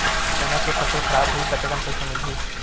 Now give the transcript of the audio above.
चना के फसल खराब होही कतेकन पईसा मिलही?